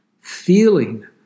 Feeling